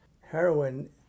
Heroin